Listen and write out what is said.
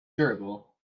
durable